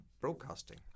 broadcasting